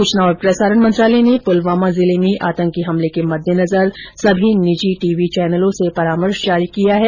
सूचना और प्रसारण मंत्रालय ने पुलवामा जिले में आतंकी हमले के मद्देनजर सभी निजी टी वी चैनलों को परामर्श जारी किया है